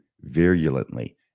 virulently